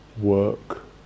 work